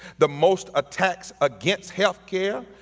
the most attacks against healthcare,